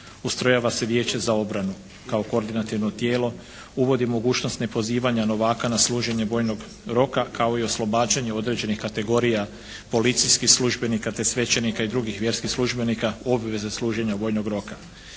ustrojava se Vijeće za obranu kao koordinativno tijelo, uvodi mogućnost nepozivanja novaka na služenje vojnog roka kao i oslobađanje određenih kategorija policijskih službenika te svećenika i drugih vjerskih službenika u obvezi služenja vojnog roka.